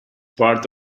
part